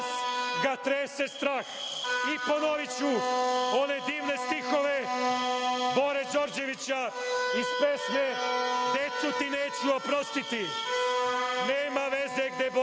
ga trese strah.I ponoviću ove divne stihove Bore Đorđevića iz pesme „Decu ti neću oprostiti“ - Nema veze gde